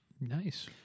Nice